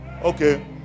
Okay